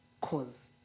cause